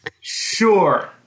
sure